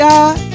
God